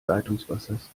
leitungswassers